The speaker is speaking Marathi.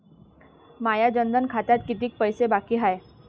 माया जनधन खात्यात कितीक पैसे बाकी हाय?